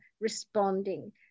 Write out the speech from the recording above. responding